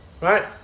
right